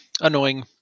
Annoying